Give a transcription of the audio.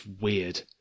weird